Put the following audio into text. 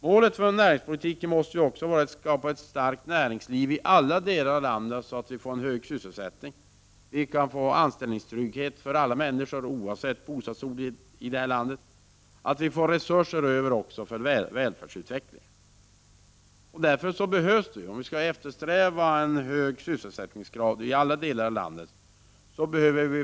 Målet för näringspolitiken måste vara att skapa ett starkt näringsliv i alla delar av landet med en hög sysselsättning, anställningstrygghet för alla människor oavsett bostadsort och resurser över till välfärdsutvecklingen. Vi måste göra en mer kraftfull satsning på nyetablering och på de mindre företagen om vi eftersträvar en hög sysselsättningsgrad i alla delar av landet.